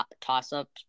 toss-up